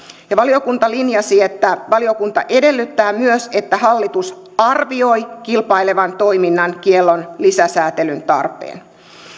valiokunta linjasi että valiokunta edellyttää myös että hallitus arvioi kilpailevan toiminnan kiellon lisäsääntelyn tarpeen